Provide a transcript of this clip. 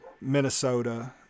Minnesota